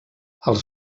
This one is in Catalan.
els